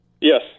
Yes